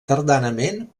tardanament